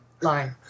Line